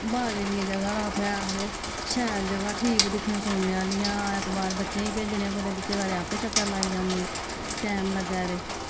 बाबे दियां जगहां न उ'त्थें आखदे शैल जगह् ठीक ते दिक्खने सुनने आह्लियां ऐतवार बच्चें ई भेजने कुदै बिच बारे आपें चक्कर लाई औने टैम लग्गे ते